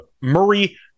Murray